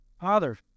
father